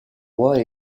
what